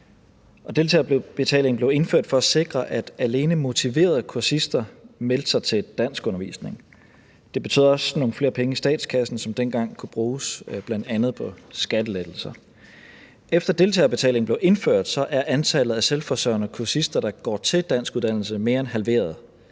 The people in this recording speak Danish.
deltagerbetalingen blev indført for at sikre, at alene motiverede kursister meldte sig til danskundervisning. Det betød også nogle flere penge i statskassen, som dengang kunne bruges bl.a. på skattelettelser. Efter at deltagerbetaling blev indført, er antallet er selvforsørgende kursister, der går på danskuddannelse, mere end halveret.